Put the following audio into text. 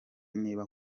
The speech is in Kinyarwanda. niba